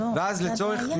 בסדר.